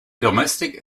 domestic